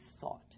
thought